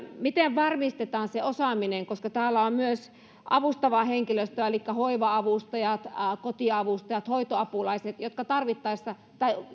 miten varmistetaan se osaaminen koska täällä on myös avustavaa henkilöstöä elikkä hoiva avustajat kotiavustajat hoitoapulaiset jotka tarvittaessa